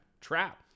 trap